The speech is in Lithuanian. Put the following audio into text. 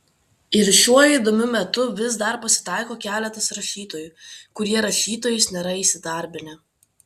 ir šiuo įdomiu metu vis dar pasitaiko keletas rašytojų kurie rašytojais nėra įsidarbinę